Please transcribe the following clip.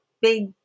big